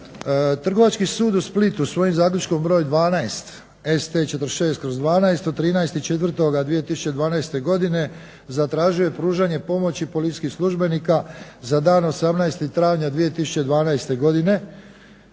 Trgovački sud u Splitu svojim zaključkom broj 12 ST46/12 od 13.4.2012. godine zatražio je pružanje pomoći policijskih službenika za dan 18. travnja 2012. godine